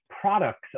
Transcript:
products